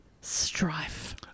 strife